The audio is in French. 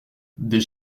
des